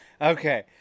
Okay